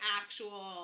actual